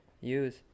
use